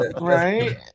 right